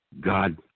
God